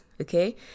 Okay